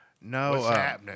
No